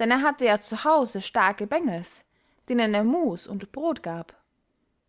denn er hatte ja zu hause starke bengels denen er muß und brod gab